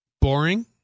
boring